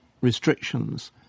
restrictions